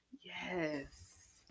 yes